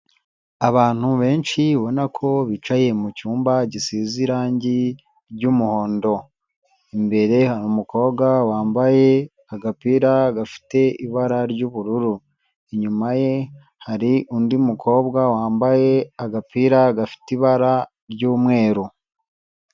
Abantu benshi ubona ko bicaye mu cyumba gisize irangi ry'umuhondo. Imbere hari umukobwa wambaye agapira gafite ibara ry'ubururu. Inyuma ye hari undi mukobwa wambaye agapira gafite ibara ry'umweru.